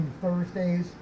Thursday's